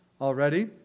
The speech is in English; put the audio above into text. already